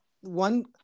one